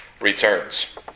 returns